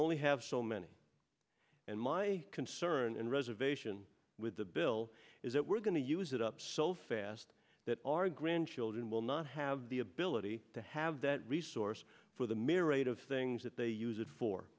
only have so many and my concern and reservation with the bill is that we're going to use it up so fast that our grandchildren will not have the ability to have that resource for the myriad of things that they use it for